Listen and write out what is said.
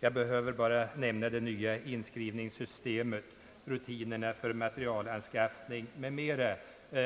Jag behöver bara nämna det nya inskrivningssystemet, rutinerna för materielanskaffning m.m.